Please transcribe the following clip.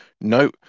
no